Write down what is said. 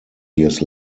years